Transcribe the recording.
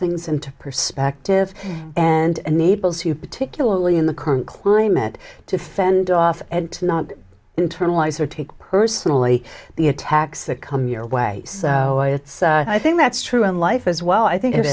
things into perspective and naples you particularly in the current climate to fend off and to not internalize or take personally the attacks that come your way i think that's true in life as well i think i